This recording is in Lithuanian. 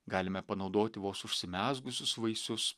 galime panaudoti vos užsimezgusius vaisius